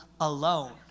alone